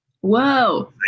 Whoa